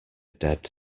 dead